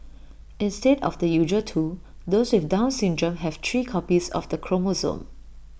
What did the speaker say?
instead of the usual two those with down syndrome have three copies of the chromosome